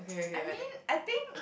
I mean I think